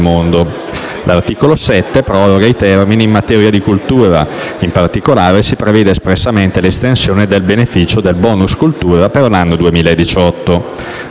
mondo. L'articolo 7 proroga i termini in materia di cultura. In particolare, si prevede espressamente l'estensione del beneficio del «*bonus* cultura» per l'anno 2018.